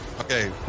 okay